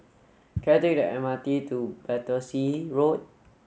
can I take the M R T to Battersea Road